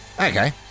okay